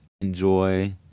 enjoy